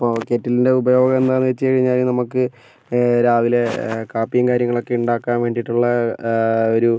അപ്പോൾ കെറ്റിലിൻ്റെ ഉപയോഗം എന്താണെന്നു വെച്ചുകഴിഞ്ഞാൽ നമുക്ക് രാവിലെ കാപ്പിയും കാര്യങ്ങളൊക്കെ ഉണ്ടാക്കാൻ വേണ്ടീയിട്ടുള്ള ഒരു